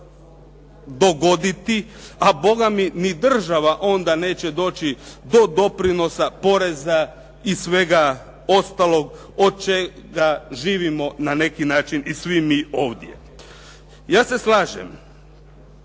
dogoditi a bogami ni država onda neće doći do doprinosa, poreza i svega ostalog od čega vidimo na neki način i svi mi ovdje. Ja se slažem